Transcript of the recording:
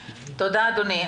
תודה, אדוני.